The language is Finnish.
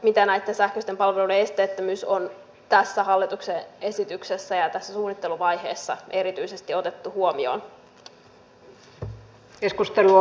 miten näitten sähköisten palveluiden esteettömyys on tässä hallituksen esityksessä ja tässä suunnitteluvaiheessa erityisesti otettu huomioon